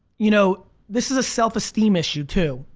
you know this is a self-esteem issue too.